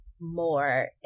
more